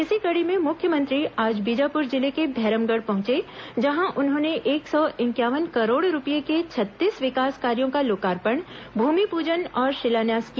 इसी कड़ी में मुख्यमंत्री आज बीजापुर जिले के भैरमगढ़ पहुंचे जहां उन्होंने एक सौ इंक्यावन करोड़ रुपए के छत्तीस विकास कार्यो का लोकार्पण भूमिपूजन और शिलान्यास किया